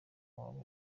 waba